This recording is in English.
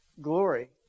glory